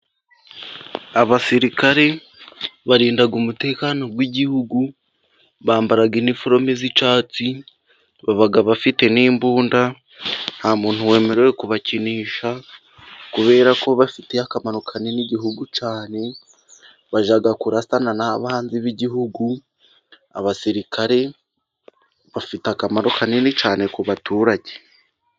Abasirikare barinda umutekano w'igihugu, bambara iniforome z'icyatsi, baba bafite n'imbunda, nta muntu wemerewe kubakinisha, kubera ko bafitiye akamaro kanini igihugu cyane, bayja kurasana nabanzi b'igihugu, abasirikare bafite akamaro kanini cyane ku baturage.